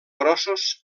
grossos